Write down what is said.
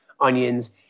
onions